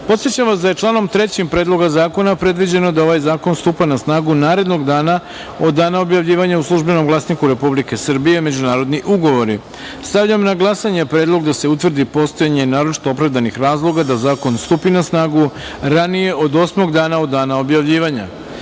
vas da je članom 3. Predloga zakona predviđeno da ovaj zakon stupa na snagu narednog dana od dana objavljivanja u „Službenom glasniku Republike Srbije - Međunarodni ugovori“.Stavljam na glasanje predlog da se utvrdi postojanje naročito opravdanih razloga da zakon stupi na snagu ranije od osmog dana od dana objavljivanja. Molim